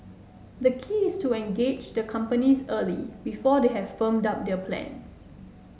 the key is to engage the companies early before they have firmed up their plans